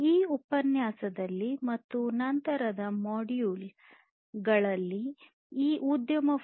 ಈ ಉಪನ್ಯಾಸದಲ್ಲಿ ಮತ್ತು ನಂತರದ ಮಾಡ್ಯೂಲ್ ಗಳಲ್ಲಿ ಈ ಉದ್ಯಮ 4